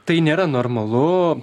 tai nėra normalu